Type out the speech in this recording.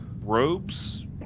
robes